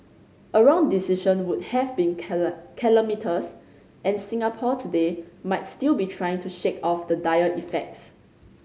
a wrong decision would have been calamitous and Singapore today might still be trying to shake off the dire effects